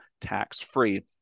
tax-free